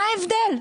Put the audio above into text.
מה ההבדל?